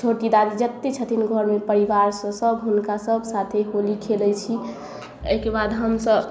छोटी दादी जतेक छथिन घरमे परिवार सब हुनका सब साथे होली खेलाइ छै एहिके बाद हमसब